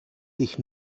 sich